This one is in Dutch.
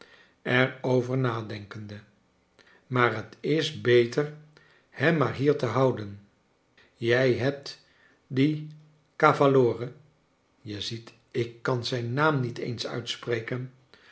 er over nadenkende maar het is beter hem maar hier te houden jij hebt dien caval lore je ziet ik kan zijn naam niet eens uitspreken